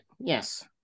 Yes